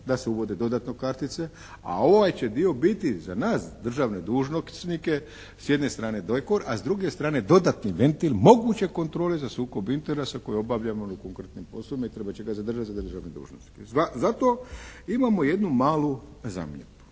da se uvode dodatno kartice a ovaj će dio biti za nas državne dužnosnike s jedne strane … /Govornik se ne razumije./… a s druge strane dodatni ventil moguće kontrole za sukob interesa koje obavljamo u konkretnim poslovima i trebat će ga zadržat za državne dužnosnike. Zato imamo jednu malu zamjedbu